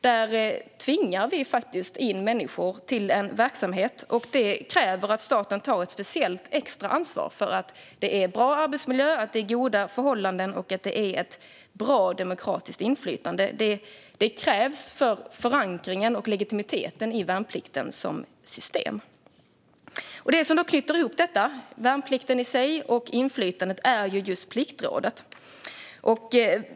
Där tvingar vi faktiskt in människor till en verksamhet, och det kräver att staten tar ett speciellt extra ansvar för att det är bra arbetsmiljö, goda förhållanden och ett bra demokratiskt inflytande. Det krävs för förankringen och legitimiteten i värnplikten som system. Det som knyter ihop värnplikten i sig och inflytandet är just Pliktrådet.